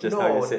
just now you said